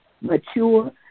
mature